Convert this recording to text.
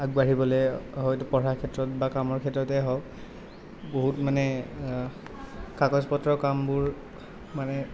আগবাঢ়িবলে হয়তো পঢ়াৰ ক্ষেত্ৰত বা কামৰ ক্ষেত্ৰতে হওক বহুত মানে কাগজ পত্ৰ কামবোৰ মানে